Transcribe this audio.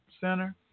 Center